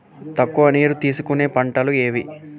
తక్కువ నీరు తీసుకునే పంటలు ఏవి?